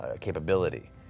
capability